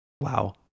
Wow